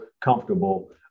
comfortable